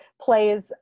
plays